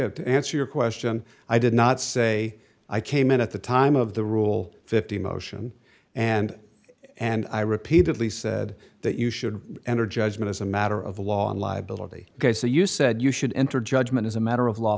have to answer your question i did not say a i came in at the time of the rule fifty motion and and i repeatedly said that you should enter judgment as a matter of law on liability ok so you said you should enter judgment as a matter of law